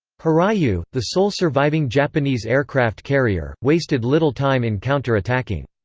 hiryu, the sole surviving japanese aircraft carrier, wasted little time in counter-attacking.